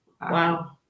Wow